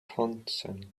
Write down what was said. consent